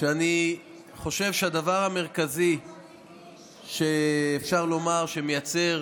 שאני חושב שהדבר המרכזי שאפשר לומר, שמייצר